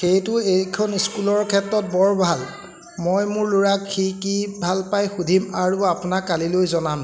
সেইটো এইখন স্কুলৰ ক্ষেত্ৰত বৰ ভাল মই মোৰ ল'ৰাক সি কি ভাল পাই সুধিম আৰু আপোনাক কালিলৈ জনাম